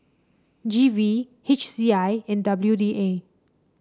G V H C I and W D A